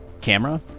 camera